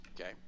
okay